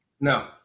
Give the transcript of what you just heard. No